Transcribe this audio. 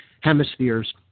hemispheres